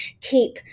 keep